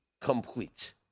complete